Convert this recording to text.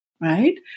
right